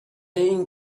این